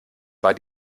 war